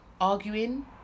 arguing